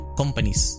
companies